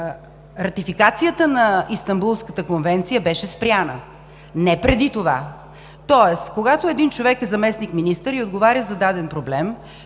ратификацията на Истанбулската конвенция беше спряна, не преди това. Тоест, когато един човек е заместник-министър и отговаря за даден проблем,